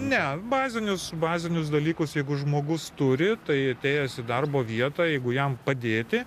ne bazinius bazinius dalykus jeigu žmogus turi tai atėjęs į darbo vietą jeigu jam padėti